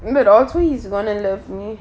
but also he is gone and love me